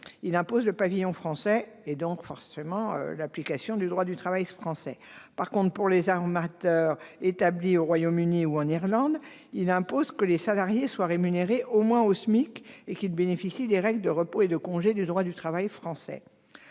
français le pavillon français, donc, forcément, l'application du droit du travail local. En revanche, il vise à imposer aux armateurs établis au Royaume-Uni ou en Irlande que les salariés soient rémunérés au moins au Smic et qu'ils bénéficient des règles de repos et de congés du droit du travail français.